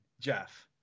Jeff